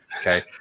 Okay